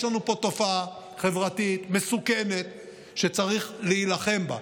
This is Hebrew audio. יש לנו פה תופעה חברתית מסוכנת שצריך להילחם בה.